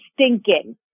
stinking